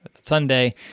Sunday